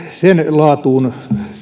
laatuun